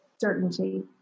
certainty